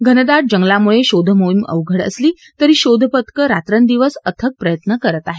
घनदाट जंगलामुळे शोधमोहीम अवघड असली तरी शोधपथकं रात्रंदिवस अथक प्रयत्न करत आहेत